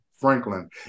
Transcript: Franklin